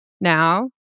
now